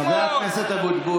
חבר הכנסת אבוטבול,